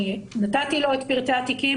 אני נתתי לו את פרטי התיקים,